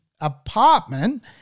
apartment